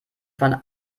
von